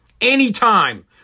Anytime